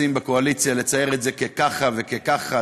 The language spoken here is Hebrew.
מנסים לצייר את זה ככה וככה,